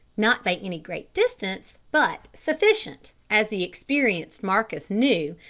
not by any great distance, but sufficient, as the experienced marcus knew,